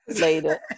later